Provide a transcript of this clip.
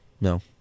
No